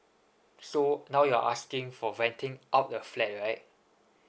so now you're asking for renting out the flat right